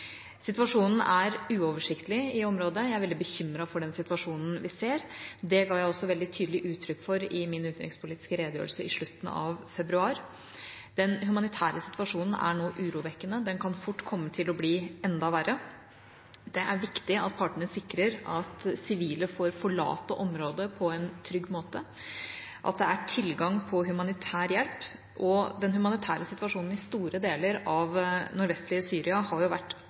Situasjonen er uoversiktlig i området. Jeg er veldig bekymret for den situasjonen vi ser. Det ga jeg også veldig tydelig uttrykk for i min utenrikspolitiske redegjørelse i slutten av februar. Den humanitære situasjonen er nå urovekkende. Den kan fort komme til å bli enda verre. Det er viktig at partene sikrer at sivile får forlate området på en trygg måte, og at det er tilgang på humanitær hjelp. Den humanitære situasjonen i store deler av det nordvestlige Syria har vært